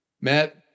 Matt